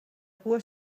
cua